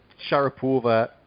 Sharapova